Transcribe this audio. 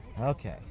Okay